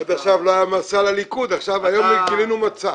עד עכשיו לא היה מצע לליכוד, היום גילינו מצע.